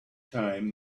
time